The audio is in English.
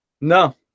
No